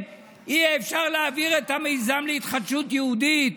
יהיה אפשר להעביר את המיזם להתחדשות יהודית.